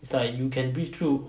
it's like you can breathe through